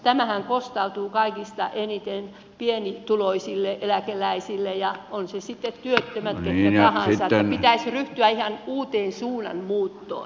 tämähän kostautuu kaikista eniten pienituloisille eläkeläisille tai ovat he sitten työttömät ketkä tahansa pitäisi ryhtyä ihan uuteen suunnanmuuttoon